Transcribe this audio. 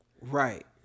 Right